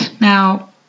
Now